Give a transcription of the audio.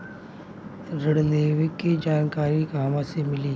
ऋण लेवे के जानकारी कहवा से मिली?